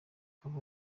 akaba